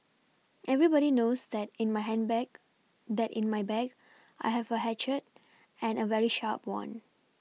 everybody knows that in my ham bag that in my bag I have a hatchet and a very sharp one